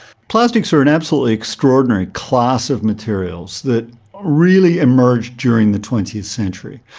plastics are an absolutely extraordinary class of materials that really emerged during the twentieth century.